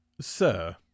Sir